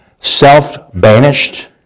self-banished